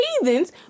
heathens